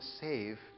save